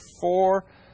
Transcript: four